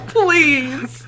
please